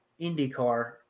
IndyCar